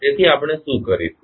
તેથી આપણે શું કરીશું